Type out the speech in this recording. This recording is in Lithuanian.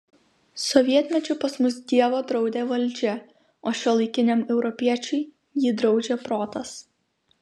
sovietmečiu pas mus dievą draudė valdžia o šiuolaikiniam europiečiui jį draudžia protas